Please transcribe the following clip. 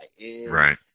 Right